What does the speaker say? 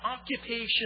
occupation